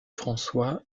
françois